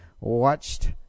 watched